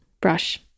brush